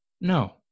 No